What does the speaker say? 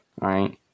right